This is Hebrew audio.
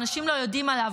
אנשים לא יודעים עליו.